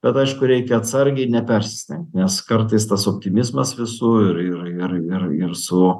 bet aišku reikia atsargiai nepersistengt nes kartais tas optimizmas visur ir ir ir ir ir su